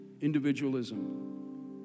individualism